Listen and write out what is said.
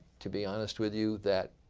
to be honest with you that